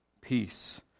peace